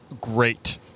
great